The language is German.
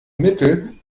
mittel